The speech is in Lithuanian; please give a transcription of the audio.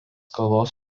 kovos